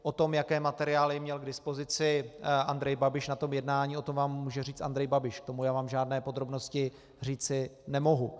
O tom, jaké materiály měl k dispozici Andrej Babiš na jednání, o tom vám může říct Andrej Babiš, k tomu já vám žádné podrobnosti říci nemohu.